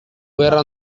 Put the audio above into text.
gerra